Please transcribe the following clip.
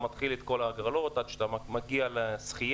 מתחיל את כל ההגרלות עד שאתה מגיע לזכייה.